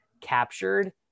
captured